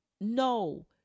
No